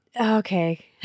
okay